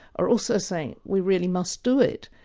are also saying we really must do it.